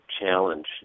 challenge